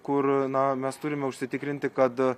kur na mes turime užsitikrinti kad